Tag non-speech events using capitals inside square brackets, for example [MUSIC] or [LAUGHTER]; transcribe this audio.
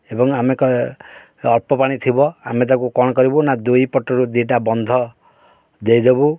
ଏବଂ ଆମେ [UNINTELLIGIBLE] ଅଳ୍ପ ପାଣି ଥିବ ଆମେ ତାକୁ କ'ଣ କରିବୁ ନା ଦୁଇ ପଟରୁ ଦୁଇଟା ବନ୍ଧ ଦେଇଦେବୁ